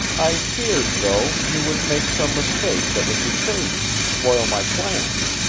i feared, though, you would make some mistake that would betray you and spoil my plans.